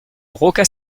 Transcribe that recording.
rocca